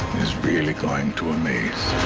is really going to amaze.